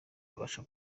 abasha